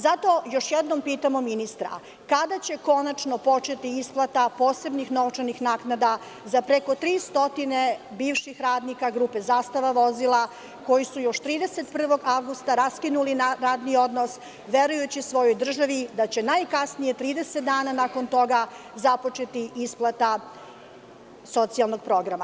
Zato još jednom pitamo ministra – kada će konačno početi isplata posebnih novčanih naknada za preko 300 bivših radnika grupe „Zastava vozila“ koji su još 31. avgusta raskinuli radni odnos, verujući svojoj državi da će najkasnije 30 dana nakon toga započeti isplata socijalnog programa?